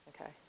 Okay